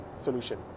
solution